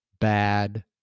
Bad